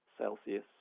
Celsius